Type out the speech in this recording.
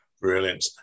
Brilliant